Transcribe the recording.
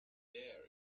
there